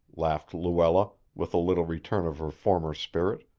laughed luella, with a little return of her former spirit.